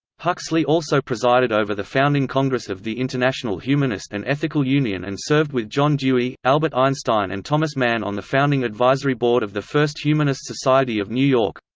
huxley also presided over the founding congress of the international humanist and ethical union and served with john dewey, albert einstein and thomas mann on the founding advisory board of the first humanist society of new york.